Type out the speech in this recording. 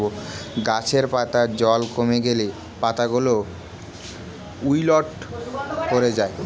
গাছের পাতায় জল কমে গেলে পাতাগুলো উইল্ট করে যায়